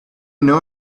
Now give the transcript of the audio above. know